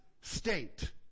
state